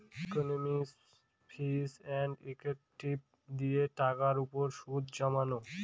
ইকনমিকসে ফিচ and effective দিয়ে টাকার উপর সুদ জমানো